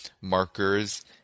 markers